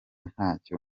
ntacyo